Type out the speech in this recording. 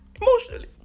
Emotionally